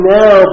now